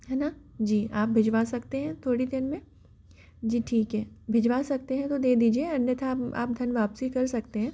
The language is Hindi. है न जी आप भिजवा सकते हैं थोड़ी देर में जी ठीक है भिजवा सकते हैं तो दे दीजिए अन्यथा आप धन वापसी कर सकते हैं